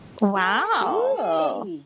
Wow